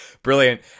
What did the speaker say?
Brilliant